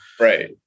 Right